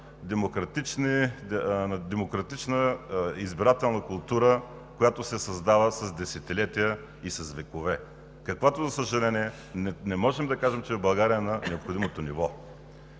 демократичната избирателна култура, която се създава с десетилетия и с векове, каквато, за съжаление, не можем да кажем, че в България е на необходимото ниво.